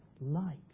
light